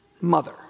Mother